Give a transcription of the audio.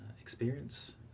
experience